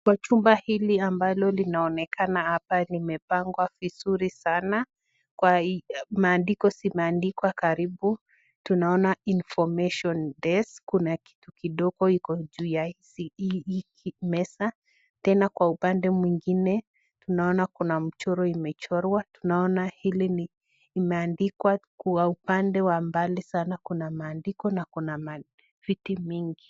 Majumba hili ambalo linaonekana hapa limepangwa vizuri sana. Kwa maandiko zimeandikwa karibu tunaona information desk kuna kitu kidogo iko juu ya hizi meza tena kwa upande mwingine tunaona kuna mchoro imechorwa. Tunaona hili ni limeandikwa kwa upande wa mbali sana kuna maandiko na kuna viti mingi.